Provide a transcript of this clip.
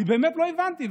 באמת לא הבנתי.